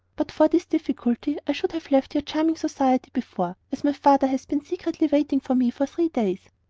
but for this difficulty i should have left your charming society before, as my father has been secretly waiting for me for three days.